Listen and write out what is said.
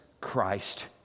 Christ